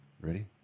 Ready